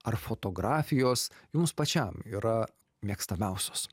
ar fotografijos jums pačiam yra mėgstamiausios